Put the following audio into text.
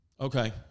Okay